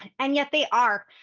and yet they are.